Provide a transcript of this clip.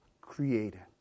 created